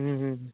ம் ம் ம்